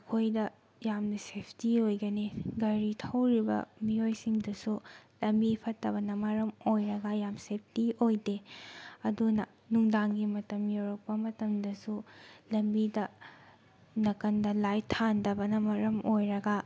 ꯑꯩꯈꯣꯏꯗ ꯌꯥꯝꯅ ꯁꯦꯐꯇꯤ ꯑꯣꯏꯒꯅꯤ ꯒꯥꯔꯤ ꯊꯧꯔꯤꯕ ꯃꯤꯑꯣꯏꯁꯤꯡꯗꯁꯨ ꯂꯝꯕꯤ ꯐꯠꯇꯕꯅ ꯃꯔꯝ ꯑꯣꯏꯔꯒ ꯌꯥꯝ ꯁꯦꯐꯇꯤ ꯑꯣꯏꯗꯦ ꯑꯗꯨꯅ ꯅꯨꯡꯗꯥꯡꯒꯤ ꯃꯇꯝ ꯌꯧꯔꯛꯄ ꯃꯇꯝꯗꯁꯨ ꯂꯝꯕꯤꯗ ꯅꯥꯀꯟꯗ ꯂꯥꯏꯠ ꯊꯥꯟꯗꯕꯅ ꯃꯔꯝ ꯑꯣꯏꯔꯒ